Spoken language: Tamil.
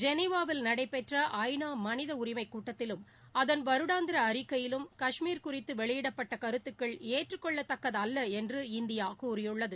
ஜெனிவாவில் நடைபெற்ற ஐ நா நமனித உரிமை கூட்டத்திலும் அதன் அவருடாந்திர அறிக்கையிலும் கஷ்மீர் குறித்து வெளியிடப்பட்ட கருத்துக்கள் ஏற்றுக் கொள்ளத்தக்கதல்ல என்று இந்தியா கூறியுள்ளது